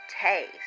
taste